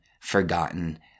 forgotten